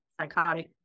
psychotic